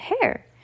hair